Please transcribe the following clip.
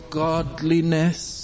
godliness،